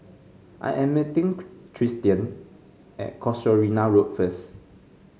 I am meeting Tristian at Casuarina Road first